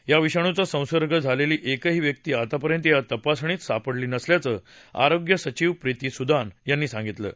या विषाणूचा संसर्ग झालेली एकही व्यक्ती आतापर्यंत या तपासणीत सापडली नसल्याचं आरोग्य सचिव प्रीती सुदान यांनी सांगितलं आहे